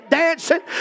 dancing